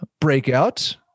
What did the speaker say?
breakout